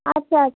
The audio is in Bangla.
আচ্ছা আছ